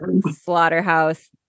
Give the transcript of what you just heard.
slaughterhouse